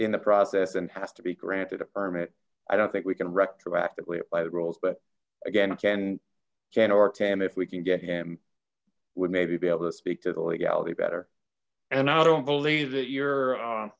in the process and has to be granted a permit i don't think we can retroactively lis apply the rules but again can can or tam if we can get him would maybe be able to speak to the legality better and i don't believe that your